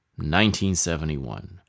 1971